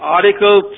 Article